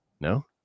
no